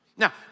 Now